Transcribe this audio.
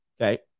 okay